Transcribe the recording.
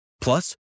Plus